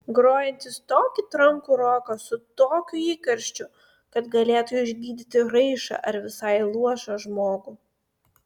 grojantys tokį trankų roką su tokiu įkarščiu kad galėtų išgydyti raišą ar visai luošą žmogų